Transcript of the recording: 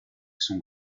son